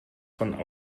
von